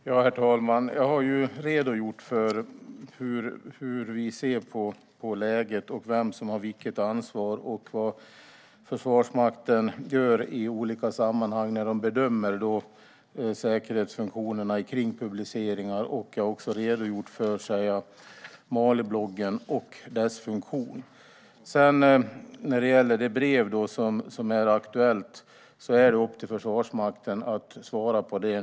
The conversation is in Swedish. Herr talman! Jag har redogjort för hur regeringen ser på läget, vem som har vilket ansvar och vad Försvarsmakten gör i olika sammanhang när de bedömer säkerhetsfunktionerna för publiceringar. Jag har också redogjort för Malibloggen och dess funktion. När det gäller det aktuella brevet är det upp till Försvarsmakten att svara.